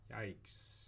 Yikes